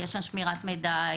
יש כאן שמירת מידע.